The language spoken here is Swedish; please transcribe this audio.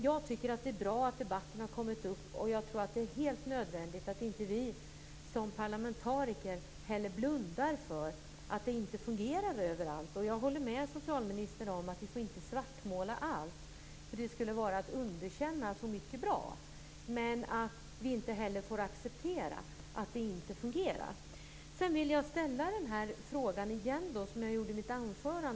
Jag tycker ändå att det är bra att debatten har kommit upp, och jag tror att det är helt nödvändigt att vi som parlamentariker inte blundar för att det inte fungerar överallt. Jag håller med socialministern om att vi inte får svartmåla allt. Det skulle vara att underkänna mycket som är bra. Men vi får inte heller acceptera det som inte fungerar. Sedan vill jag på nytt ställa den fråga som jag tog upp i mitt anförande.